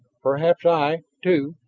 perhaps i, too,